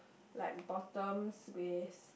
like bottoms with